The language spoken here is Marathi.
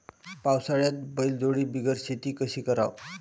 पावसाळ्यात बैलजोडी बिगर शेती कशी कराव?